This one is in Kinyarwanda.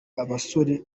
abasore